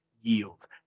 yields